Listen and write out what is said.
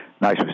Nice